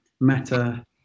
meta